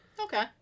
Okay